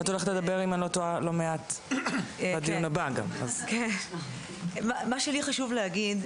מה שלי חשוב להגיד,